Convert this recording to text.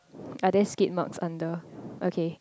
are there skate marks under okay